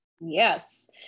yes